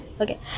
okay